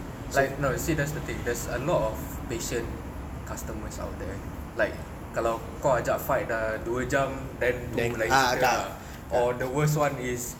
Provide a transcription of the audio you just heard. like no see that's the thing there's a lot of patient customers out there like kalau kau ajak fight dah dua jam then tu lain cerita ah or the worse [one] is